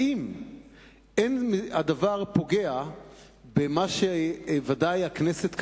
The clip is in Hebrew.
האם אין הדבר פוגע במה שבוודאי הכנסת קבעה,